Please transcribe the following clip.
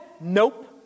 Nope